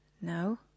No